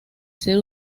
ser